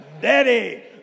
Daddy